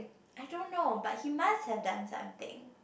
I don't know but he must have done something